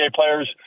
players